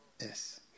Yes